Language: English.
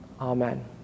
Amen